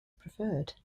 preferred